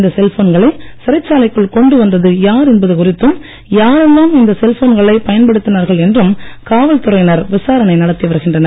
இந்த செல்போன்களை சிறைச்சாலைக்குள் கொண்டு வந்தது யார் என்பது குறித்தும் யாரெல்லாம் இந்த சொல்போன்களை பயன்படுத்தினார்கள் என்றும் காவல்துறையினர் விசாரணை நடத்தி வருகின்றனர்